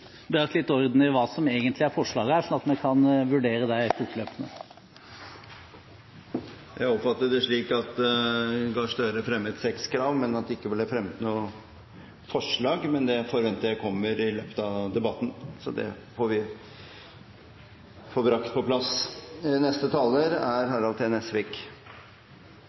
litt orden i hva som egentlig er forslagene, slik at vi kan vurdere dem fortløpende. Presidenten oppfattet det slik at representanten Jonas Gahr Støre fremmet seks krav, men at det ikke ble fremmet noen forslag. Det forventer presidenten vil komme i løpet av debatten, så det vil vi få brakt på plass.